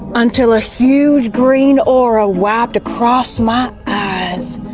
until a huge green aura wiped across my eyes.